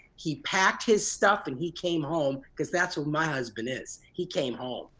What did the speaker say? he packed his stuff and he came home, cause that's what my husband is. he came home.